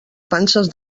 panses